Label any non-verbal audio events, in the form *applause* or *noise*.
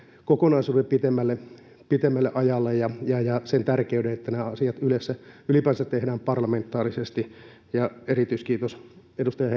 kokonaisuuden pitemmälle pitemmälle ajalle ja ja sen tärkeyden että nämä asiat ylessä ylipäänsä tehdään parlamentaarisesti ja erityiskiitos edustaja *unintelligible*